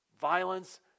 Violence